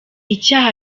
icyaha